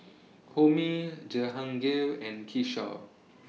Homi Jehangirr and Kishore